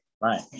Right